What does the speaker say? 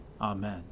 Amen